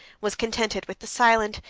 was contented with the silent,